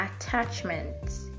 attachments